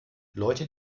leute